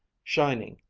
shining,